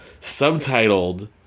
subtitled